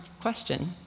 question